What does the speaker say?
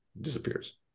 disappears